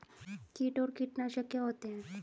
कीट और कीटनाशक क्या होते हैं?